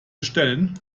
bestellen